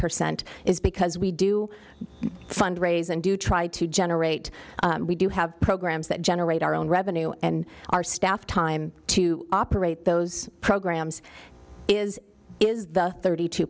percent is because we do fundraise and do try to generate we do have programs that generate our own revenue and our staff time to operate those programs is is the thirty two